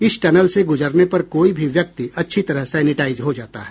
इस टनल से गुजरने पर कोई भी व्यक्ति अच्छी तरह सैनिटाइज हो जाता है